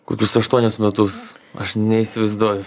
kokius aštuonis metus aš neįsivaizduoju